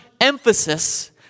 emphasis